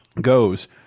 goes